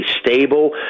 stable